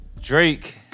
Drake